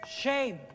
Shame